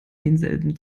denselben